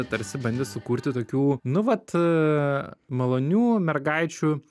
tarsi bandė sukurti tokių nu vat malonių mergaičių